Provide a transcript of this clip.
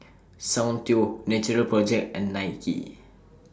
Soundteoh Natural Project and Nike